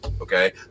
Okay